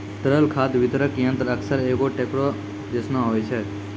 तरल खाद वितरक यंत्र अक्सर एगो टेंकरो जैसनो होय छै